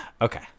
okay